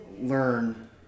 learn